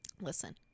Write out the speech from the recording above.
listen